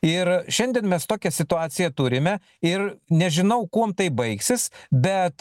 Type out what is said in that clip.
ir šiandien mes tokią situaciją turime ir nežinau kuom tai baigsis bet